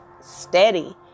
steady